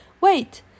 Wait